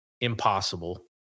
impossible